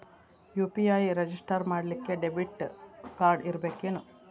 UPI register ಮಾಡ್ಲಿಕ್ಕೆ debit card ಇರ್ಬೇಕೇನು?